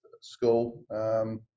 school